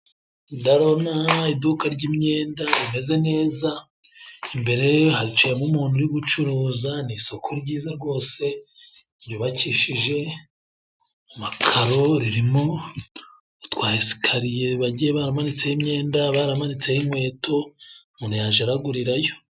Ndabona iduka ry'imyenda rimeze neza, imbere haciyemo umuntu uri gucuruza, ni isoko ryiza rwose ryubakishije amakaro, ririmo twa esikariye bagiye baramanitseho imyenda, baramanitseho inkweto, umuntu yaja aragurirayo.